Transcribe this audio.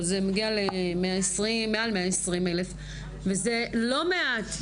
זה מגיע למעל 120,000, וזה לא מעט.